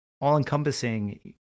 all-encompassing